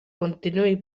continuï